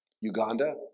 Uganda